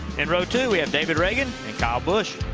in row two, and david ragan and kyle busch.